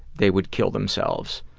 they would kill themselves.